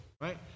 right